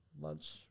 lunch